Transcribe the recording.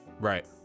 Right